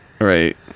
Right